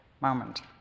moment